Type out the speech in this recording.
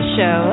Show